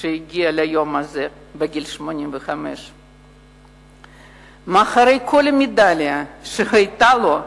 והגיע ליום הזה בגיל 85. מאחורי כל מדליה שהיתה לו,